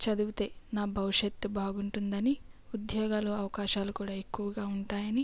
చదివితే నా భవిష్యత్ బాగుంటుందని ఉద్యోగాలు అవకాశాలు కూడా ఎక్కువగా ఉంటాయని